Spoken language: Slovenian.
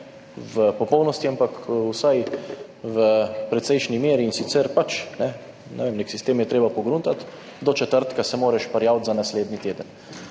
v popolnosti, ampak vsaj v precejšnji meri, in sicer je treba pač nek sistem pogruntati, do četrtka se moraš prijaviti za naslednji teden,